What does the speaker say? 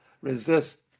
resist